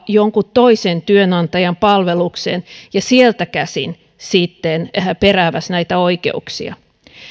jonkun toisen työnantajan palvelukseen ja sieltä käsin sitten perääväsi näitä oikeuksia